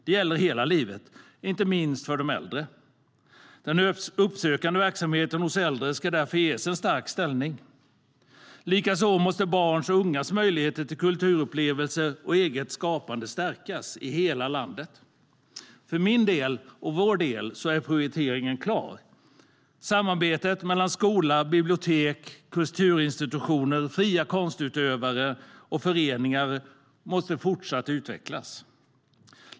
Det gäller hela livet, inte minst för de äldre. Den uppsökande verksamheten hos äldre ska därför ges en stark ställning. Likaså måste barns och ungas möjligheter till kulturupplevelser och eget skapande stärkas i hela landet. För min del och vår del är prioriteringen klar. Samarbetet mellan skola, bibliotek, kulturinstitutioner, fria konstutövare och föreningar måste fortsatt utvecklas.